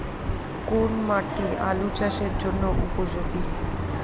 কোন মাটি আলু চাষের জন্যে উপযোগী?